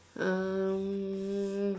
um